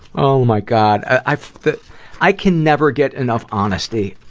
oh my god. i i can never get enough honesty,